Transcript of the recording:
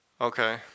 Okay